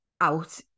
out